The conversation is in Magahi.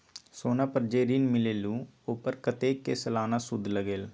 सोना पर जे ऋन मिलेलु ओपर कतेक के सालाना सुद लगेल?